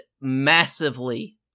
massively